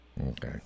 Okay